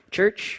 Church